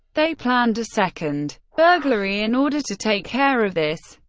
they planned a second burglary in order to take care of this.